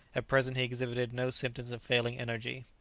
at present he exhibited no symptoms of failing energy.